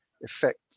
effect